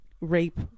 rape